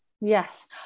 Yes